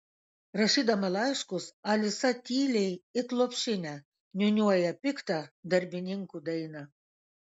rašydama laiškus alisa tyliai it lopšinę niūniuoja piktą darbininkų dainą